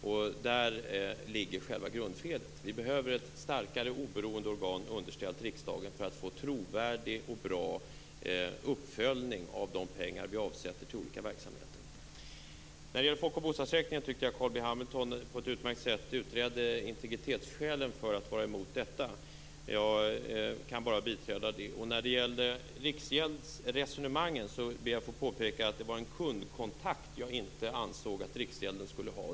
Där ligger själva grundfelet. Vi behöver ett starkare oberoende organ underställt riksdagen för att få trovärdig och bra uppföljning av de pengar vi avsätter till olika verksamheter. När det gäller folk och bostadsräkningar tyckte jag att Carl B Hamilton på ett utmärkt sätt utredde integritetsskälen för att vara emot dessa. Jag kan bara biträda det. När det gäller riksgäldsresonemangen ber jag att få påpeka att det var kundkontakt jag ansåg att riksgälden inte skulle ha.